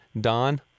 Don